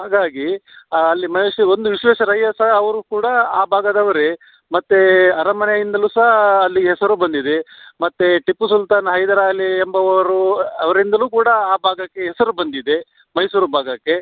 ಹಾಗಾಗಿ ಅಲ್ಲಿ ಮೈಸೂ ಒಂದು ವಿಶ್ವೇಶ್ವರಯ್ಯ ಸಹ ಅವರೂ ಕೂಡ ಆ ಭಾಗದವರೆ ಮತ್ತು ಅರಮನೆಯಿಂದಲೂ ಸಹ ಅಲ್ಲಿಗೆ ಹೆಸರು ಬಂದಿದೆ ಮತ್ತು ಟಿಪ್ಪು ಸುಲ್ತಾನ್ ಹೈದರಾಲಿ ಎಂಬವರು ಅವರಿಂದನೂ ಕೂಡ ಆ ಭಾಗಕ್ಕೆ ಹೆಸರು ಬಂದಿದೆ ಮೈಸೂರು ಭಾಗಕ್ಕೆ